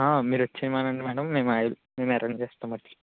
మీరు వచ్చేయమనండీ madam ma'am ఆరెం మేము అరెంజ్ చేస్తాం వచ్చి